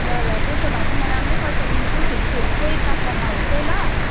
ल ल त्यसो भए चाहिँ म राम्रै पैसा दिन्छु फेरि फेरि चाहिँ पत्ला नहोस् है ल